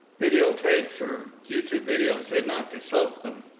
video tapes or youtube videos said not to soak them.